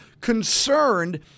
concerned